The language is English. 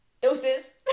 Doses